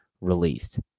released